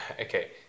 okay